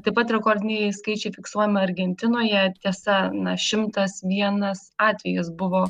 taip pat rekordiniai skaičiai fiksuojami argentinoje tiesa na šimtas vienas atvejis buvo